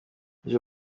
ejo